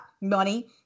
money